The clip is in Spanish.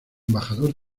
embajador